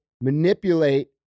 manipulate